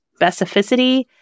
specificity